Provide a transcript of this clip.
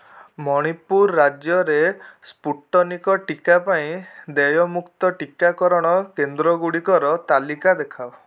ମଣିପୁର ରାଜ୍ୟରେ ସ୍ପୁଟନିକ୍ ଟିକା ପାଇଁ ଦେୟମୁକ୍ତ ଟିକାକରଣ କେନ୍ଦ୍ର ଗୁଡ଼ିକର ତାଲିକା ଦେଖାଅ